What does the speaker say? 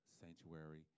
sanctuary